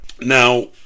Now